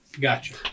Gotcha